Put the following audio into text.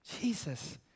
Jesus